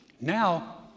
Now